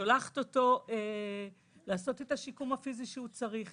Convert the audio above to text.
ושולחת אותו לעשות את השיקום הפיזי שהוא צריך,